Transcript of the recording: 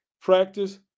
practice